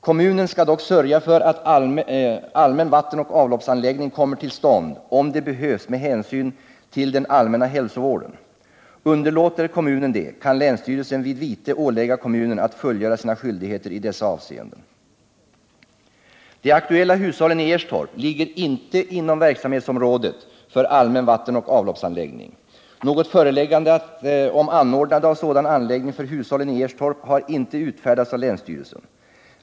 Kommunen skall dock sörja för att allmän vattenoch avloppsanläggning kommer till stånd, om det behövs med hänsyn till den allmänna hälsovården. Underlåter kommunen det, kan länsstyrelsen vid vite ålägga kommunen att fullgöra sina skyldigheter i dessa avseenden. De aktuella hushållen i Erstorp ligger inte inom verksamhetsområdet för allmän vattenoch avloppsanläggning. Något föreläggande om anordnande av sådan anläggning för hushållen i Erstorp har inte utfärdats av länsstyrelsen.